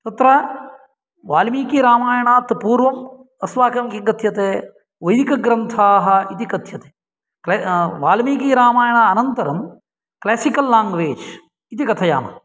तत्र वाल्मीकिरामायणात् पूर्वम् अस्माकं किङ्कथ्यते वैदिकग्रन्थाः इति कथ्यते वाल्मीकिरामायणानन्तरं क्लेसिकल् लाङ्गवेज् इति कथयामः